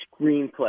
screenplay